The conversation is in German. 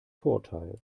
vorteil